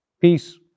Peace